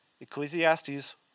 Ecclesiastes